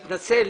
אני מתנצל.